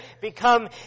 become